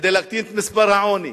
כדי להקטין את ממדי העוני,